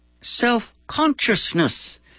self-consciousness